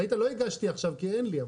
ראית, לא הגשתי עכשיו כי אין לי.